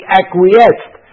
acquiesced